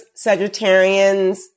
Sagittarians